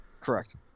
Correct